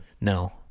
No